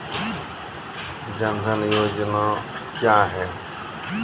जन धन योजना क्या है?